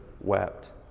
wept